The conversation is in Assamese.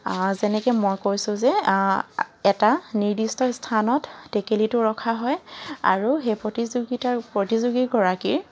যেনেকৈ মই কৈছোঁ যে এটা নিৰ্দিষ্ট স্থানত টেকেলীটো ৰখা হয় আৰু সেই প্ৰতিযোগিতাৰ প্ৰতিযোগীগৰাকীৰ